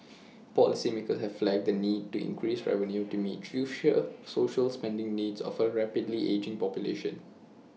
policymakers have flagged the need to increase revenue to meet future social spending needs of A rapidly ageing population